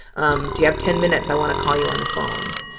um do you have ten minutes? i want to call you on the phone.